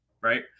right